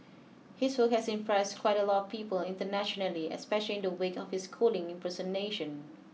his work has impressed quite a lot of people internationally especially in the wake of his schooling impersonation